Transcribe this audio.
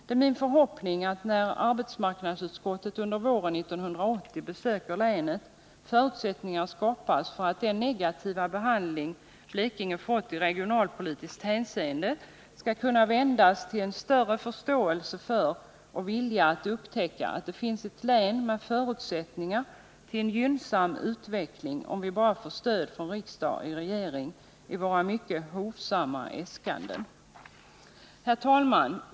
Det är min förhoppning att när arbetsmarknadsutskottet under våren 1980 besöker länet förutsättningar skapas för att den negativa behandling Blekinge fått i regionalpolitiskt hänseende skall kunna vändas till en större förståelse för — och vilja att upptäcka — att det är ett län med förutsättningar tillen gynnsam utveckling om vi bara får stöd från riksdag och regering i våra mycket hovsamma äskanden. Herr talman!